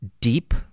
deep